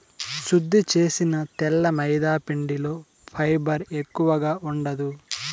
శుద్ది చేసిన తెల్ల మైదాపిండిలో ఫైబర్ ఎక్కువగా ఉండదు